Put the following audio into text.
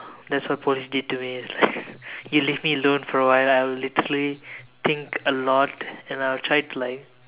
that's what police did to me it's like you leave me alone for a while I'll literally think a lot then I'll try to like